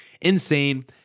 Insane